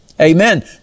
Amen